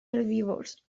herbívors